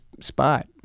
spot